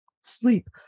sleep